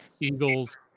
eagles